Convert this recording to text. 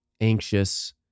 anxious